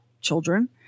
children